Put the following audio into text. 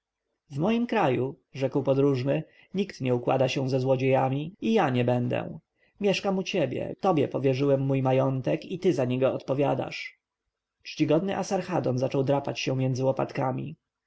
w moim kraju rzekł podróżny nikt nie układa się ze złodziejami i ja nie będę mieszkam u ciebie tobie powierzyłem mój majątek i ty za niego odpowiadasz czcigodny asarhadon zaczął drapać się między łopatki